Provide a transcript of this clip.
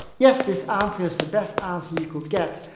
yes, this answer is the best answer you can get.